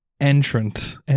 entrant